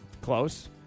close